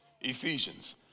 Ephesians